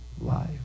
life